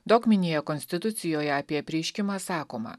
dogminėje konstitucijoje apie apreiškimą sakoma